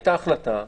הייתה החלטה.